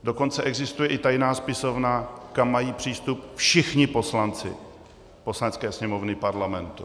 Dokonce existuje i tajná spisovna, kam mají přístup všichni poslanci Poslanecké sněmovny Parlamentu.